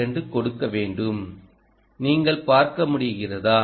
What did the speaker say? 2 கொடுக்க வேண்டும் நீங்கள் பார்க்க முடிகிறதா